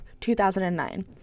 2009